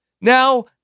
Now